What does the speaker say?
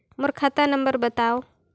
मोर खाता नम्बर बताव?